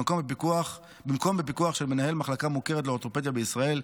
במקום בפיקוח של מנהל מחלקה מוכרת לאורתופדיה בישראל,